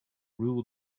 rule